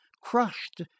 crushed